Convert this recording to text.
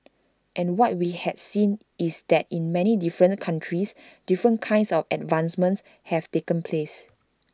and what we had seen is that in many different countries different kinds of advancements have taken place